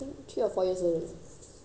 he's what eight